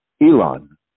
Elon